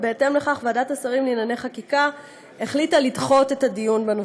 ובהתאם לכך ועדת השרים לענייני חקיקה החליטה לדחות את הדיון בנושא.